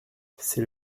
c’est